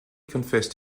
confessed